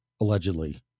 allegedly